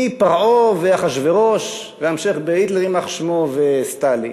מפרעה ואחשוורוש והמשך בהיטלר, יימח שמו, וסטלין,